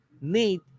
need